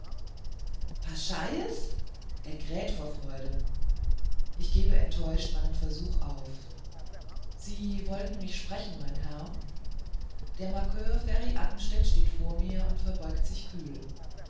pascheies er kräht vor freude ich gebe enttäuscht meinen versuch auf sie wollten mich sprechen mein herr der markör ferri athenstädt steht vor mir und verbeugt sich kühl